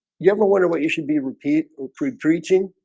you ever wonder what you should be repeat or pre preaching.